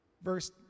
Verse